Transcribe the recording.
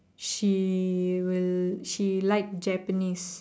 she will she like Japanese